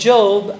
Job